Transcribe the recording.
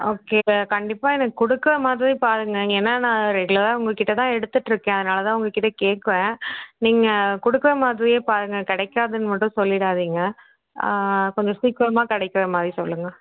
okay கண்டிப்பாக எனக்கு கொடுக்குற மாதிரி பாருங்கள் ஏன்னா நான் ரெகுலராக உங்கள்கிட்ட தான் எடுத்துகிட்டு இருக்கேன் அதனால தான் உங்கள்கிட்டே கேட்குறேன் நீங்கள் கொடுக்குற மாதிரியே பாருங்கள் கிடைக்காதுன்னு மட்டும் சொல்லிவிடாதிங்க கொஞ்சம் சீக்கிரமாக கிடைக்கிற மாதிரி சொல்லுங்கள்